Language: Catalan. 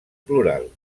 plural